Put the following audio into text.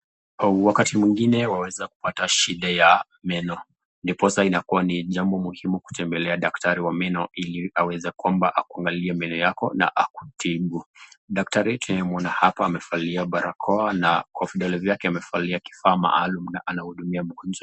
Wakati mwingine waweza kupata shida ya meno, ndiposa inakuwa ni jambo muhimu kutembelea daktari wa meno, ili aweze kwamba akuangalie mbele yako nakutibu. Daktari tunamuona hapa amevalia barakoa na kwa vidole vyake amevalia kifaa maalum na anamuhudumia mgonjwa.